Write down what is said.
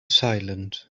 silent